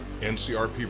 NCRP